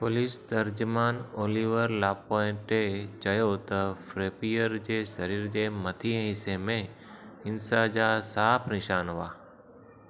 police तरुजमान Oliver Lapointe चयो त फ्रैपीयर जे शरीर जे मथे हिसे में हिंसा जा साफ़ निशान हुआ